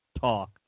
talk